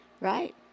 right